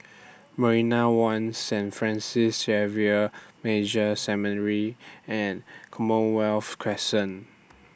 Marina one Saint Francis Xavier Major Seminary and Commonwealth Crescent